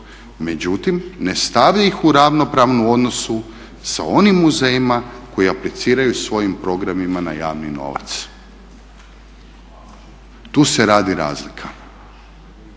međutim ne stavlja ih u ravnopravnu u odnosu s onim muzejima koji apliciraju svojim programima na javni novac. Tu se radi razlika.